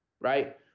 right